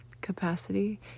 capacity